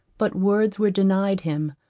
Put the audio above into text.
but words were denied him.